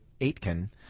Aitken